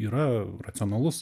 yra racionalus